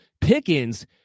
Pickens